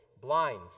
blind